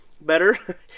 better